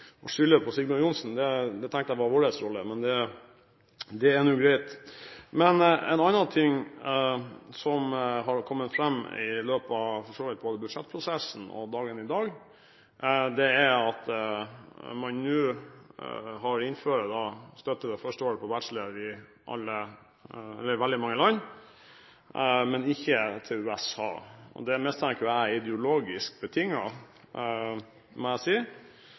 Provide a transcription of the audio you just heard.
Å skylde på Sigbjørn Johnsen tenkte jeg var vår rolle, men det er nå greit. En annen ting som har kommet fram i løpet av både budsjettprosessen og dagen i dag, er at man nå har innført støtte til første år på bachelorstudiet i veldig mange land, men ikke med hensyn til USA. Det mistenker jeg er ideologisk betinget, må jeg si.